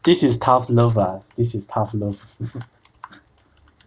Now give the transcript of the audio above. this is tough love ah this is tough